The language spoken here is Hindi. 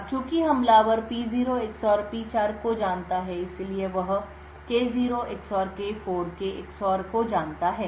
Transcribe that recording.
अब चूंकि हमलावर P0 XOR P4 को जानता है इसलिए वह K0 XOR K4 के XOR को जानता है